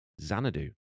Xanadu